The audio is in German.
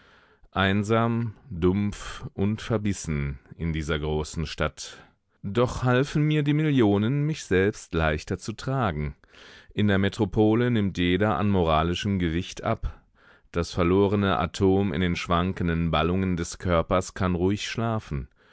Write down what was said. einsam dumpf und verbissen in dieser großen stadt doch halfen mir die millionen mich selbst leichter zu tragen in der metropole nimmt jeder an moralischem gewicht ab das verlorene atom in den schwankenden ballungen des körpers kann ruhig schlafen